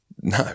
No